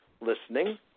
listening